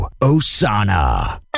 Osana